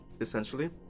essentially